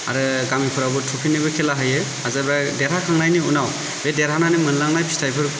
आरो गामिफोरावबो थ्र'फिनिबो खेला होयो जेब्ला बे देरहाखांनायनि उनाव बे देरहानानै मोनलांनाय फिथायफोर